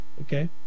Okay